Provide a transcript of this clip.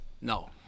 No